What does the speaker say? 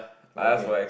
okay